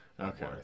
okay